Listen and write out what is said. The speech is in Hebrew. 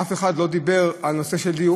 אף אחד לא דיבר על נושא הדיור.